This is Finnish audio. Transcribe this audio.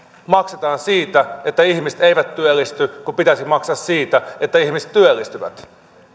maksetaan siitä että ihmiset eivät työllisty kun pitäisi maksaa siitä että ihmiset työllistyvät